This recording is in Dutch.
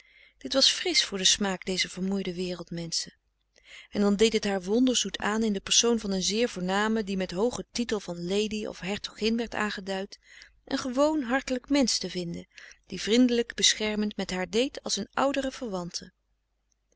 dit was frisch voor den smaak dezer vermoeide wereldmenschen en dan deed het haar wonderzoet aan in de persoon van een zeer voorname die met hoogen titel van lady of hertogin werd aangeduid een gewoon hartelijk mensch te vinden die vrindelijk beschermend met haar deed als een oudere